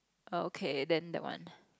okay then that one